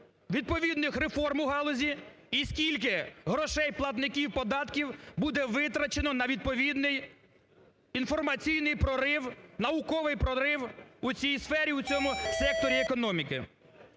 відповідних реформ у галузі і скільки грошей платників податків буде витрачено на відповідний інформаційний прорив, науковий прорив у цій сфері, у цьому секторі економіки.